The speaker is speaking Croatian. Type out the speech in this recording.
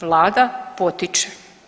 Vlada potiče.